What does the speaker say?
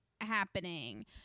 happening